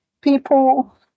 People